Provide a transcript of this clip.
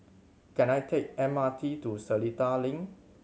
can I take M R T to Seletar Link